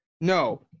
no